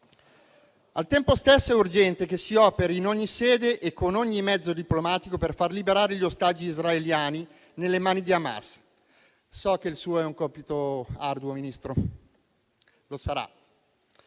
Al tempo stesso, è urgente che si operi in ogni sede e con ogni mezzo diplomatico per far liberare gli ostaggi israeliani nelle mani di Hamas. So che il suo è un compito arduo, signor Ministro: lo sarà.